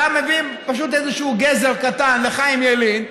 אתה מביא פשוט איזשהו גזר קטן לחיים ילן,